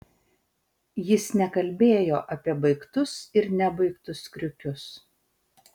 jis nekalbėjo apie baigtus ir nebaigtus kriukius